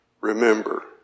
remember